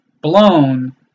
blown